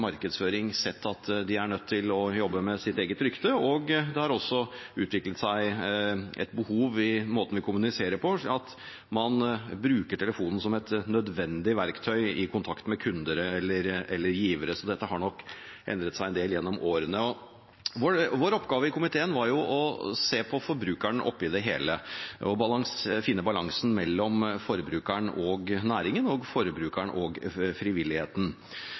markedsføring, sett at de er nødt til å jobbe med sitt eget rykte, og at det har utviklet seg et behov i måten vi kommuniserer på, ved at man bruker telefonen som et nødvendig verktøy i kontakt med kunder eller givere. Så dette har nok endret seg en del gjennom årene. Vår oppgave i komiteen var å se på forbrukeren oppi det hele og finne balansen mellom forbrukeren og næringen og mellom forbrukeren og frivilligheten.